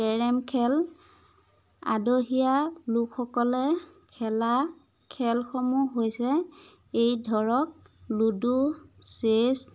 carrom খেল আদহীয়া লোকসকলে খেলা খেলসমূহ হৈছে এই ধৰক লুডু চেছ